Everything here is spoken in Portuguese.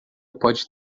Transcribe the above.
pode